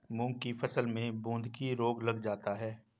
मूंग की फसल में बूंदकी रोग लग जाता है